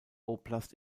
oblast